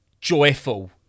joyful